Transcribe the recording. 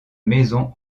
maison